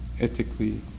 ethically